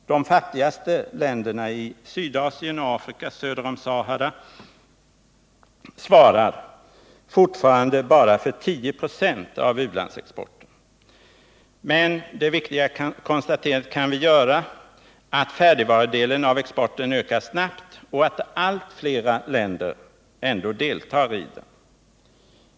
De fattigaste u-länderna i Sydasien och Afrika söder om Sahara svarar fortfarande bara för 10 96 av u-landsexporten. Men det viktiga konstaterandet kan vi göra att färdigvarudelen av exporten ökar snabbt och att allt fler länder deltar i den.